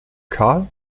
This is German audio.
karl